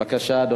אדוני, בבקשה.